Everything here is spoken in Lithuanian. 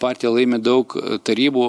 partija laimi daug tarybų